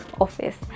office